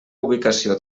ubicació